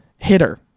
hitter